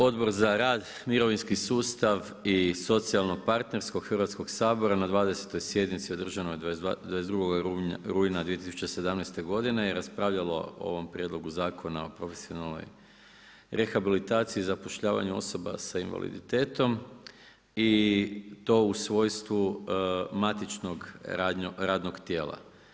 Odbor za rad, mirovinski sustav i socijalno partnerstvo Hrvatskoga sabora na 20.-oj sjednici održanoj 22. rujna 2017. godine je raspravljalo o ovom Prijedlogu zakona o profesionalnoj rehabilitaciji i zapošljavanju osoba za invaliditetom i to u svojstvu matičnog radnog tijela.